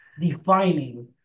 defining